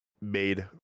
made